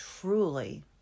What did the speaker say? truly